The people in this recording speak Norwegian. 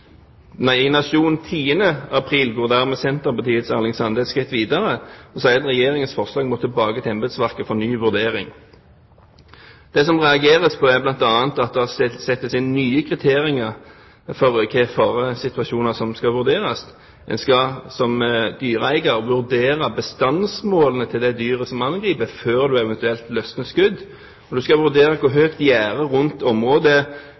I Nationen 10. april går dermed Senterpartiets Erling Sande ett skritt videre, og sier at Regjeringens forslag må tilbake til embetsverket for ny vurdering. Det som det reageres på, er bl.a. at det settes inn nye kriterier for hvilke situasjoner som skal vurderes. En skal som dyreeier vurdere bestandsmålene til det dyret som angriper, før man eventuelt løsner skudd. Man skal vurdere hvor høyt gjerdet rundt området